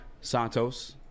Santos